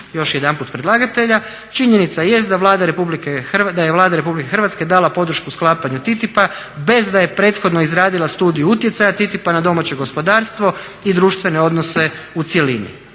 još jedanput predlagatelja, "Činjenica jest da Vlada Republike Hrvatske, daje Vlada Republike Hrvatske dala podršku sklapanju TTIP-a bez da je prethodno izradila studiju utjecaja TTIP-a na domaće gospodarstvo i društvene odnose u cjelini.